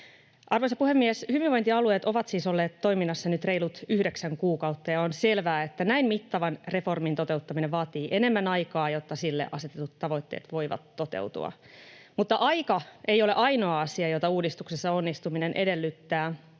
Arvoisa puhemies! Hyvinvointialueet ovat siis olleet toiminnassa nyt reilut yhdeksän kuukautta, ja on selvää, että näin mittavan reformin toteuttaminen vaatii enemmän aikaa, jotta sille asetetut tavoitteet voivat toteutua. Mutta aika ei ole ainoa asia, jota uudistuksessa onnistuminen edellyttää.